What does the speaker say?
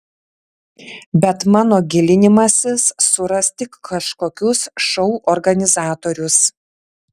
bet mano gilinimasis suras tik kažkokius šou organizatorius